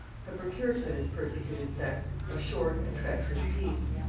had procured for this persecuted sect a short and treacherous peace,